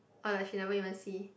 but like she never even see